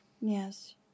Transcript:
Yes